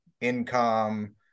income